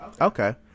Okay